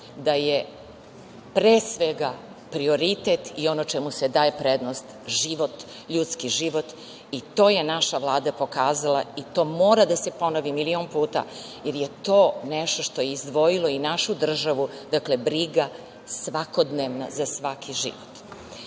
da je pre svega prioritet i ono čemu se daje prednost život, ljudski život i to je naša Vlada pokazala i to mora da se ponovi milion puta, jer je to nešto što je izdvojilo i našu državu, dakle briga svakodnevna za svaki život. Opet